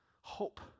Hope